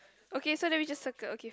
okay so then we just circle okay